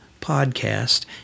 podcast